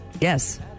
Yes